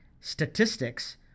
statistics